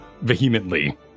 vehemently